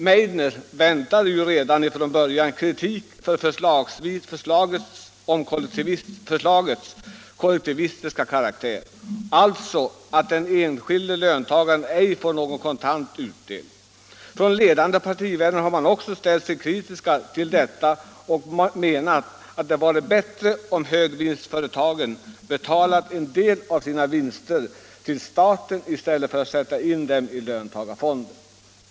Meidner väntade redan från början kritik för förslagets kollektivistiska karaktär, alltså att den enskilde löntagaren ej får någon kontant utdelning. Också ledande partivänner har ställt sig kritiska till detta och menat att det varit bättre om högvinstföretagen betalat en del av sina vinster till staten än att sätta in dem i löntagarfonder.